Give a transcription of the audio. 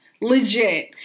Legit